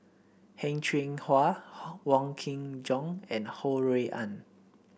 Heng Cheng Hwa Wong Kin Jong and Ho Rui An